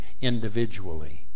individually